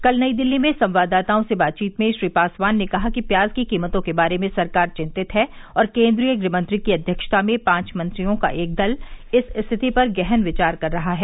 कल नई दिल्ली में संवाददाताओं से बातचीत में श्री पासवान ने कहा कि प्याज की कीमतों के बारे में सरकार चिन्तित है और केन्द्रीय गृह मंत्री की अध्यक्षता में पांच मंत्रियों का एक दल इस स्थिति पर गहन विचार कर रहा है